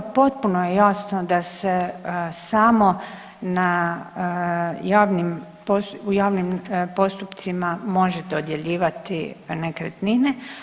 Potpuno je jasno da se samo na, u javnim postupcima može dodjeljivati nekretnine.